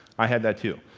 i had that too.